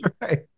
right